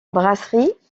brasserie